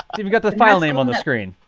you've got the file name on the screen.